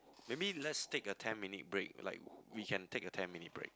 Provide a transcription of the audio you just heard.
maybe let's take a ten minute break like we can take a ten minute break